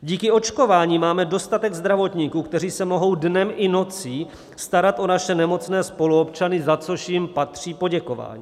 Díky očkování máme dostatek zdravotníků, kteří se mohou dnem i nocí starat o naše nemocné spoluobčany, za což jim patří poděkování.